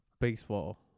baseball